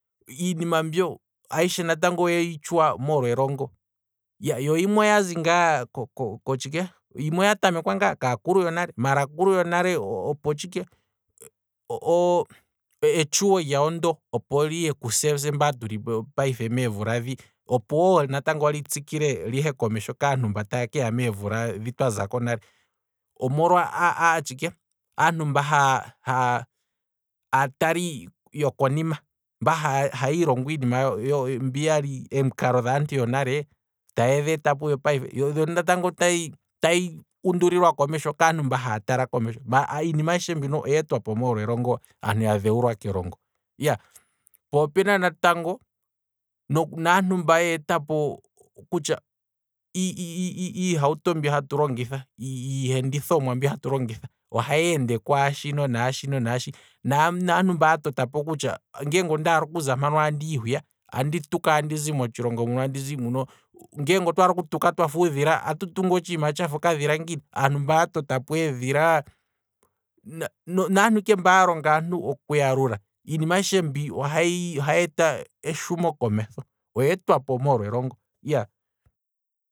Iinima mbyo, ayishe natango oyeyi tshuwa molwa elongo, yo yimwe oyazi ngaa kotshike, yop yimwe oya tamekwa ngaa kaa kulu yonale, maala akulu yonale opo etshuwo lyawo liye kuse mba tulipo payife meemvula dhi, opo natango litsikile lihe komesho kaantu mba taya meemvula dhi twazako nale omolwa aatshike, omolwa aantu ha- ha aatali yokonima, mba haya ilongo omikalo dhaantu yonale, mono natango tayi tayi undulilwa komesho kaantu mba haya tala komesho, iinima ayishe mbika oyeetwapo kelongo, kaantu mba ya dhewulilwa elongo, po opena natango aantu mba yetapo iihawuto mbi hatu longitha, iihendithomwa mbi hatu longitha, ohayi ende kwaashino naashino, naantu mba ya totapo kutya ngele ondaala okuha hwiya naaahwiya, andi tuka andizi motshilongo muno andizi motshilongo muno, ngeenge otwaala okutuka twafa uudhila, atu tungu otshiima tshafa okadhila ngiini, aantu mba ya tota po eedhila, naantu ike mba yiilonga oku yalula, iinima ayishe mbi ohayi eta eshumo komesho, oyeetwapo molwa elongo